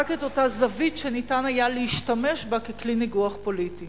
רק את אותה זווית שהיה אפשר להשתמש בה ככלי ניגוח פוליטי